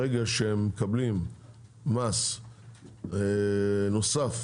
ברגע שמקבלים מס נוסף,